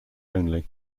only